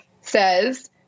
says